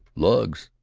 lugs?